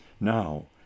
now